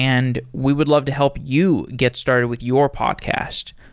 and we would love to help you get started with your podcast.